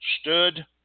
stood